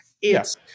Yes